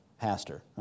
pastor